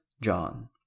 John